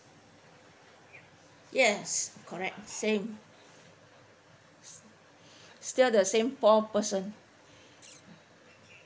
yes correct same still the same four person